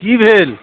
की भेल